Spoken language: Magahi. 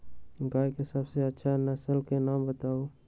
गाय के सबसे अच्छा नसल के नाम बताऊ?